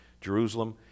Jerusalem